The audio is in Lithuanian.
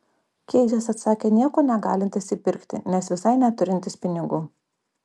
keidžas atsakė nieko negalintis įpirkti nes visai neturintis pinigų